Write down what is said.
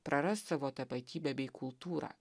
praras savo tapatybę bei kultūrą